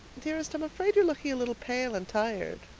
dearest, i'm afraid you're looking a little pale and tired.